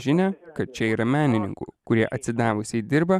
žinią kad čia yra menininkų kurie atsidavusiai dirba